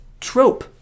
Trope